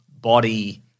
body